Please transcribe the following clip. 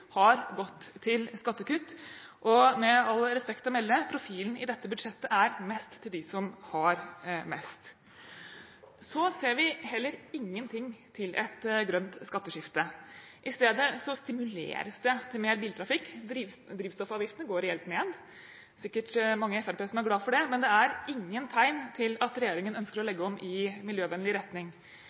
har gått til skattekutt. Med all respekt å melde, profilen i dette budsjettet er mest til dem som har mest. Så ser vi heller ingenting til et grønt skatteskifte. I stedet stimuleres det til mer biltrafikk, drivstoffavgiftene går reelt ned – det er sikkert mange i Fremskrittspartiet som er glad for det – og det er ingen tegn til at regjeringen ønsker å legge om i miljøvennlig retning.